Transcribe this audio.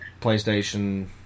PlayStation